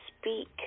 speak